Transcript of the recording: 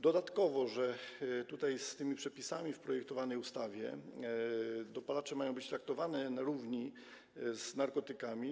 Dodatkowo zgodnie z przepisami w projektowanej ustawie dopalacze mają być traktowane na równi z narkotykami.